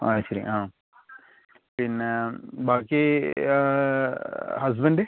അത് ശരി ആ പിന്നെ ബാക്കി ഹസ്ബൻഡ്